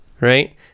right